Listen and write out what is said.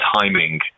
timing